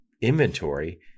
inventory